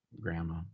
grandma